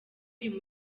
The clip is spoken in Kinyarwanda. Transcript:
uwo